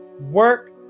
work